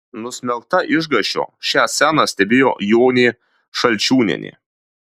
nusmelkta išgąsčio šią sceną stebėjo jonė šalčiūnienė